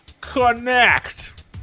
connect